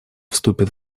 вступит